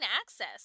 access